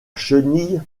chenille